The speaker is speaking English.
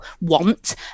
want